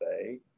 say